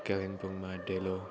कालिम्पोङमा डेलो